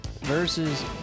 versus